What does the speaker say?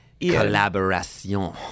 collaboration